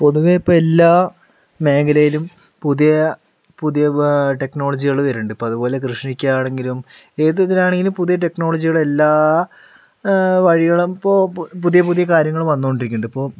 പൊതുവേ ഇപ്പോൾ എല്ലാ മേഖലയിലും പുതിയ പുതിയ ടെക്നോളജികള് വരുന്നുണ്ട് അതുപോലെ കൃഷിക്കാണെങ്കിലും ഏത് ഇതിലാണെങ്കിലും പുതിയ ടെക്നോളജിയുടെ എല്ലാ വഴികളും ഇപ്പോൾ പുതിയ പുതിയ കാര്യങ്ങള് വന്നു കൊണ്ടിരിക്കുന്നുണ്ട് ഇപ്പോൾ